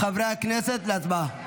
חברי הכנסת להצבעה.